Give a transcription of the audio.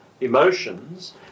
emotions